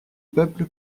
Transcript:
peuple